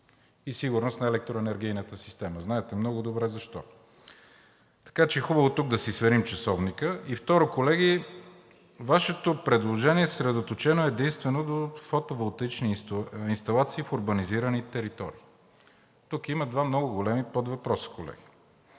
и сигурност на електроенергийната система. Знаете много добре защо. Така че хубаво е тук да си сверим часовника. Второ, колеги, Вашето предложение е съсредоточено единствено до фотоволтаични инсталации в урбанизирани територии. Тук има два много големи подвъпроса, колеги.